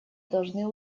должны